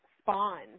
spawn